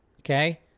okay